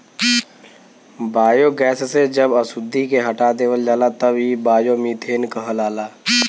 biogas से जब अशुद्धि के हटा देवल जाला तब इ बायोमीथेन कहलाला